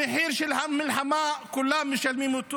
את המחיר של המלחמה כולם משלמים.